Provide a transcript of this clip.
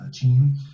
team